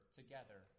together